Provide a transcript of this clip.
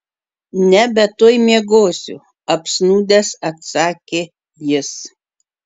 ne bet tuoj miegosiu apsnūdęs atsakė jis